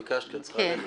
ביקשת כי את צריכה ללכת.